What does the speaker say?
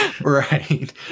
Right